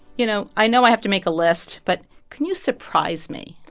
you know, i know i have to make a list. but can you surprise me?